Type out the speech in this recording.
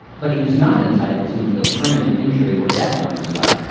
but he was not entitled to inflict permanent injury or death on his wife.